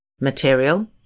Material